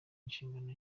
inshingano